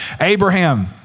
Abraham